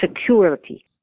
security